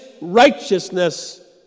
righteousness